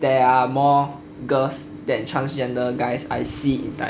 there are more girls than transgender guys I see in thailand